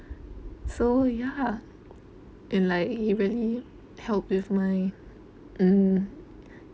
so ya in like help with my mm